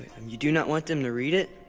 and you do not want them to read it?